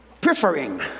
preferring